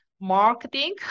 marketing